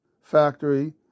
Factory